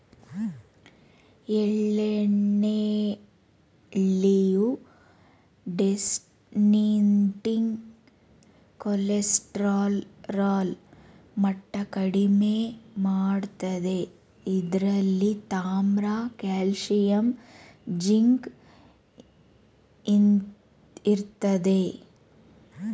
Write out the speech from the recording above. ಎಳ್ಳೆಣ್ಣೆಲಿ low density cholesterol ಮಟ್ಟ ಕಡಿಮೆ ಮಾಡ್ತದೆ ಇದ್ರಲ್ಲಿ ತಾಮ್ರ ಕಾಲ್ಸಿಯಂ ಜಿಂಕ್ ಇರ್ತದೆ